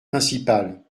principales